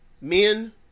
men